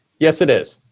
yes, it is.